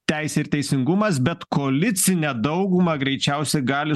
teisė ir teisingumas bet koalicinę daugumą greičiausia gali